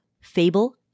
Fable